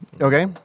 Okay